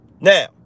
Now